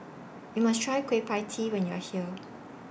YOU must Try Kueh PIE Tee when YOU Are here